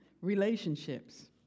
Relationships